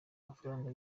amafaranga